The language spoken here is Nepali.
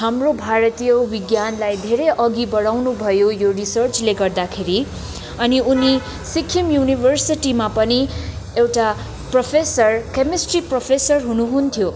हाम्रो भारतीय विज्ञानलाई धेरै अघि बढाउनु भयो यो रिसर्चले गर्दाखेरि अनि उनी सिक्किम युनिभर्सिटीमा पनि एउटा प्रोफेसर केमेस्ट्री प्रोफेसर हुनुहुन्थ्यो